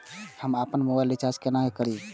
हम आपन मोबाइल के रिचार्ज केना करिए?